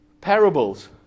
parables